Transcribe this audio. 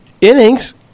innings